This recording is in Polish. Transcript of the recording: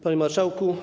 Panie Marszałku!